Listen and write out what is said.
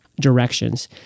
directions